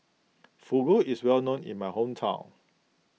Fugu is well known in my hometown